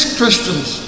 Christians